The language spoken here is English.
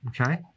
Okay